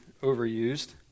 overused